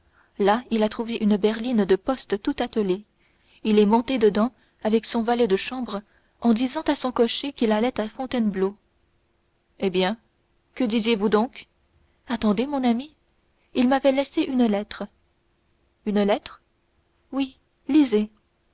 là il a trouvé une berline de poste tout attelée il est monté dedans avec son valet de chambre en disant à son cocher qu'il allait à fontainebleau eh bien que disiez-vous donc attendez mon ami il m'avait laissé une lettre une lettre oui lisez